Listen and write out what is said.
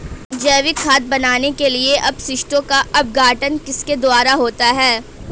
जैविक खाद बनाने के लिए अपशिष्टों का अपघटन किसके द्वारा होता है?